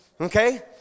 Okay